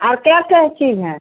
और क्या क्या चीज़ है